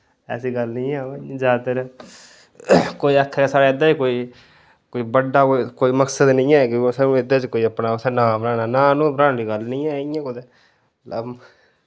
ऐसी गल्ल निं ऐ बो जैदातर कोई आखै ते साढ़ा एह्दे च कोई कोई बड्डा कोई कोई मकसद नेईं ऐ कि कुसै कोई एह्दे च कोई अपना असें नांऽ बनाना नांऽ नूंह् बनाने आह्ली कोई गल्ल नेईं ऐ इ'यां कुतै मतलब